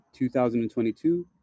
2022